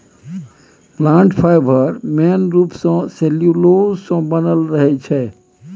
plant fibre main रुप सँ cellulose सँ बनल रहै छै